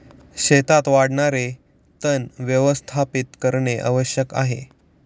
शेतात वाढणारे तण व्यवस्थापित करणे आवश्यक आहे